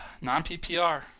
Non-PPR